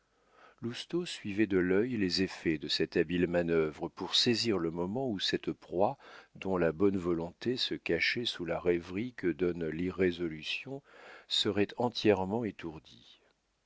lousteau suivait de l'œil les effets de cette habile manœuvre pour saisir le moment où cette proie dont la bonne volonté se cachait sous la rêverie que donne l'irrésolution serait entièrement étourdie